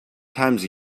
times